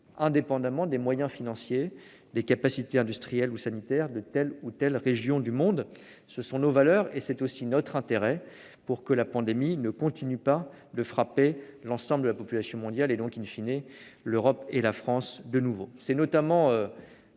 indépendamment des moyens financiers, des capacités industrielles ou sanitaires de telle ou telle région du monde. Non seulement cela correspond à nos valeurs, mais c'est aussi notre intérêt pour que la pandémie ne continue pas de frapper l'ensemble de la population mondiale et donc,, l'Europe et la France. C'est notamment